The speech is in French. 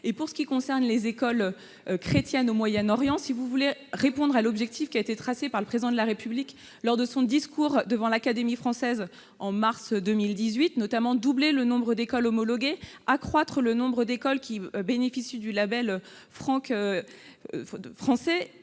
En ce qui concerne les écoles chrétiennes au Moyen-Orient, si vous voulez répondre aux objectifs fixés par le Président de la République dans son discours devant l'Académie française en mars 2018- doubler le nombre d'écoles homologuées et accroître le nombre d'écoles qui bénéficient du label français